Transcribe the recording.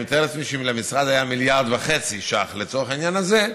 אני מתאר לעצמי שאם למשרד היה מיליארד וחצי ש"ח לצורך העניין הזה,